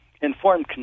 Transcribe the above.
Informed